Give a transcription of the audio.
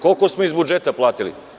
Koliko smo iz budžeta platili?